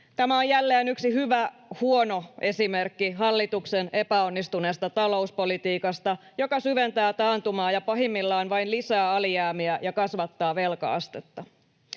Tämä on jälleen yksi hyvä huono esimerkki hallituksen epäonnistuneesta talouspolitiikasta, joka syventää taantumaa ja pahimmillaan vain lisää alijäämiä ja kasvattaa velka-astetta.